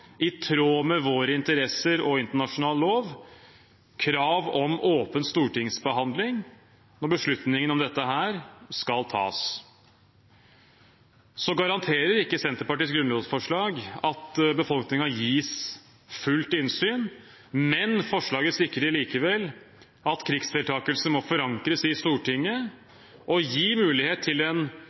i tråd med våre interesser og internasjonal lov, krav om åpen stortingsbehandling når beslutningene om dette skal tas. Så garanterer ikke Senterpartiets grunnlovsforslag at befolkningen gis fullt innsyn. Men forslaget sikrer likevel at krigsdeltakelse må forankres i Stortinget og gi mulighet til